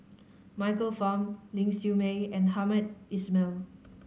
Michael Fam Ling Siew May and Hamed Ismail